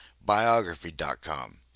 Biography.com